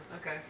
Okay